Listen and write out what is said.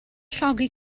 llogi